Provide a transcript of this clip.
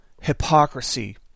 hypocrisy